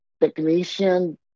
technician